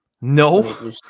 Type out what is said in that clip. No